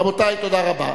רבותי, תודה רבה.